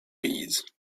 peas